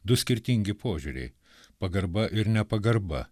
du skirtingi požiūriai pagarba ir nepagarba